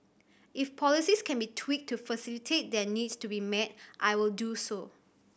if policies can be tweaked to facilitate their needs to be met I will do so